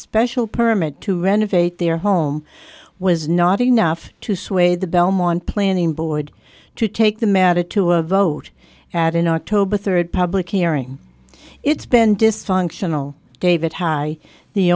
special permit to renovate their home was not enough to sway the belmont planning board to take the matter to a vote at an october third public hearing it's been dysfunctional david had i the